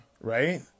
Right